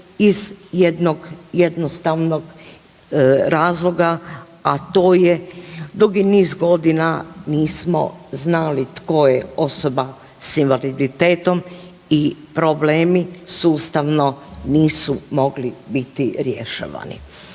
iz jednog jednostavnog razloga, a to je dugi niz godina nismo znali tko je osoba s invaliditetom i problemi sustavno nisu mogli biti riješeni.